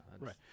right